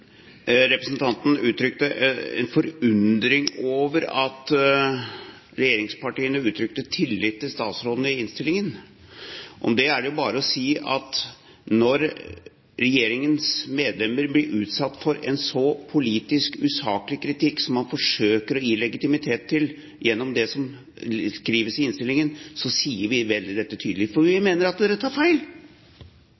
Representanten uttrykte en forundring over at regjeringspartiene uttrykker tillit til statsråden i innstillingen. Om det er det jo bare å si at når regjeringens medlemmer blir utsatt for en så politisk usaklig kritikk som man forsøker å gi legitimitet til gjennom det som skrives i innstillingen, så sier vi dette veldig tydelig. For vi